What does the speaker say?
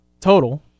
total